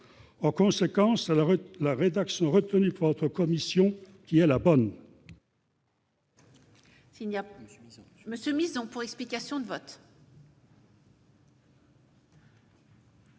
En conséquence, c'est la rédaction retenue par la commission qui est la bonne.